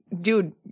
dude